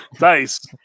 Nice